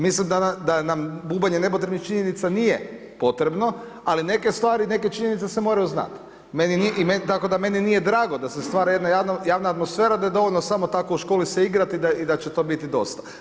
Mislim da nam bubanj i nepotrebnih činjenice nije potrebno, ali neke stvari i neke činjenice se moraju znati, tako da meni nije drago da se stvara jedna javna atmosfera, da je dovoljno samo tako se u školi igrati i da će to biti dosta.